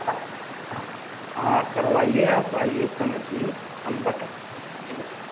आप हाँ करवाइए आप आइए समझिए हम बताएँगे